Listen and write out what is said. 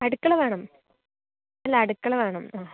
അടുക്കള വേണം അല്ല അടുക്കള വേണം ആ